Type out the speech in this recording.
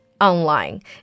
online